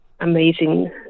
amazing